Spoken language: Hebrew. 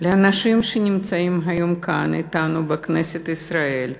לאנשים שנמצאים היום כאן אתנו בכנסת ישראל,